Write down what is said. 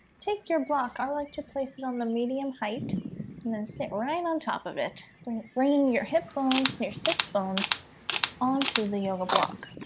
take your block i like to place it on the medium height and then sit right on top of it bringing bringing your hip bones and your sits bones onto the yoga block